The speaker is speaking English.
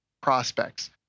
prospects